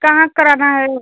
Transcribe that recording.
कहाँ कराना है वो